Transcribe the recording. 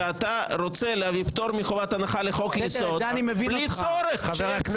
אתה רוצה להביא פטור מחובת הנחה לחוק יסוד בלי שיש לזה צורך.